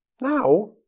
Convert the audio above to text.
Now